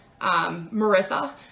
Marissa